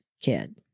kid